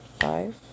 five